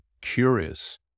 curious